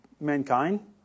mankind